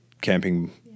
camping